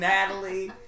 Natalie